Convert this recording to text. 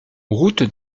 route